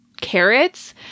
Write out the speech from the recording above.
carrots